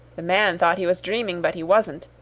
the man thought he was dreaming, but he wasn't.